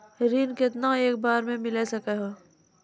ऋण केतना एक बार मैं मिल सके हेय?